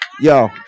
Yo